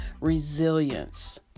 resilience